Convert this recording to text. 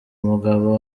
mugabo